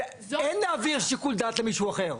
אין להעביר שיקול דעת למישהו אחר.